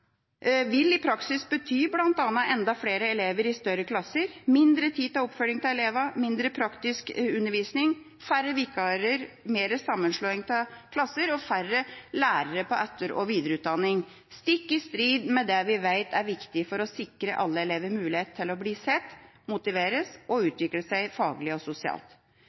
vil i praksis bety bl.a. enda flere elever i større klasser, mindre tid til oppfølging av elevene, mindre praktisk undervisning, færre vikarer, mer sammenslåing av klasser og færre lærere på etter- og videreutdanning – stikk i strid med det vi vet er viktig for å sikre alle elever mulighet til å bli sett, til å motiveres og til å utvikle seg faglig og sosialt.